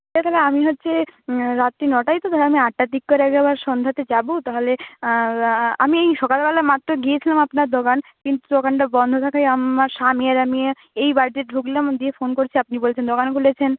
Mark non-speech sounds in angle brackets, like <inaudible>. ঠিক আছে তাহলে আমি হচ্ছে রাত্রি নটায় তো তাহলে আমি আটটার দিক করে <unintelligible> সন্ধ্যাতে যাব তাহলে আমি এই সকালবেলা মাত্র গিয়েছিলাম আপনার দোকান কিন্তু দোকানটা বন্ধ থাকায় আমার স্বামী আর আমি এই বাড়িতে ঢুকলাম দিয়ে ফোন করছি আপনি বলছেন দোকান খুলেছেন